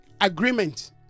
agreement